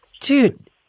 Dude